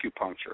acupuncture